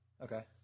Okay